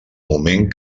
moment